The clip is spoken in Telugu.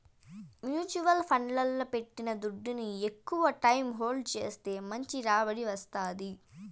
మ్యూచువల్ ఫండ్లల్ల పెట్టిన దుడ్డుని ఎక్కవ టైం హోల్డ్ చేస్తే మంచి రాబడి వస్తాది